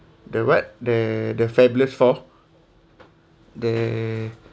the what the the fabulous four the